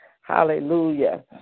Hallelujah